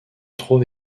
trouve